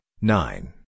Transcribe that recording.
nine